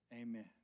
Amen